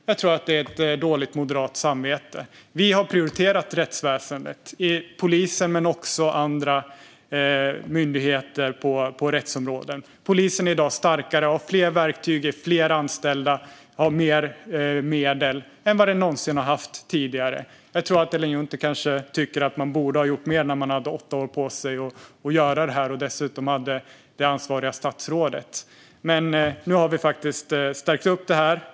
Jag tror att det är ett moderat dåligt samvete. Vi har prioriterat rättsväsendet - polisen men också andra myndigheter på rättsområdet. Polisen är i dag starkare och har fler verktyg, fler anställda och mer medel än de någonsin har haft tidigare. Ellen Juntti kanske tycker att man borde ha gjort mer när man hade åtta år på sig och dessutom hade det ansvariga statsrådet. Men nu har vi faktiskt stärkt detta.